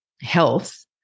health